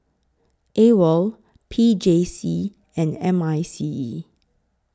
AWOL P J C and M I C E